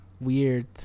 weird